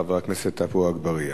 חבר הכנסת עפו אגבאריה.